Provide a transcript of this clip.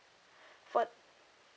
for th~